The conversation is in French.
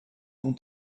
bon